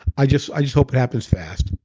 i just i just hope it happens fast.